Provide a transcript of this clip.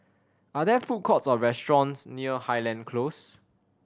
are there food courts or restaurants near Highland Close